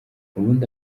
ubundi